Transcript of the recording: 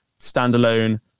standalone